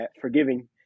forgiving